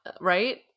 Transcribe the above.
right